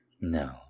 No